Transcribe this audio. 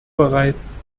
bereits